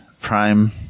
prime